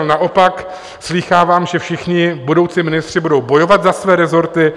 Naopak slýchávám, že všichni budoucí ministři budou bojovat za své rezorty.